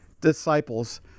disciples